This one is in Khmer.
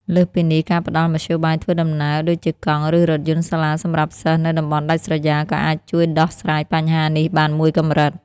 លើសពីនេះ ការផ្តល់មធ្យោបាយធ្វើដំណើរដូចជាកង់ ឬរថយន្តសាលាសម្រាប់សិស្សនៅតំបន់ដាច់ស្រយាលក៏អាចជួយដោះស្រាយបញ្ហានេះបានមួយកម្រិត។